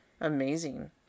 amazing